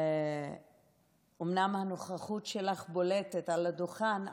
אומנם הנוכחות שלך בולטת על הדוכן,